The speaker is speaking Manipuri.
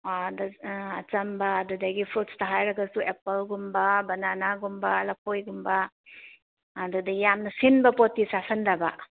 ꯑꯥꯗꯥ ꯑꯆꯝꯕ ꯑꯗꯨꯗꯒꯤ ꯐ꯭ꯔꯨꯠꯁꯇ ꯍꯥꯏꯔꯒꯁꯨ ꯑꯦꯄꯜꯒꯨꯝꯕ ꯕꯅꯥꯅꯒꯨꯝꯕ ꯂꯐꯣꯏꯒꯨꯝꯕ ꯑꯗꯨꯗꯩ ꯌꯥꯝꯅ ꯁꯤꯟꯕ ꯄꯣꯠꯇꯤ ꯆꯥꯁꯤꯟꯗꯕ